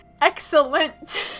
Excellent